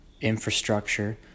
infrastructure